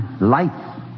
life